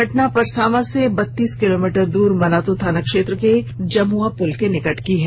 घटना परसांवा से बत्तीस किलोमीटर दूर मनातू थाना क्षेत्र के जमुआ पुल के समीप की है